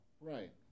Right